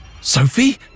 Sophie